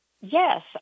Yes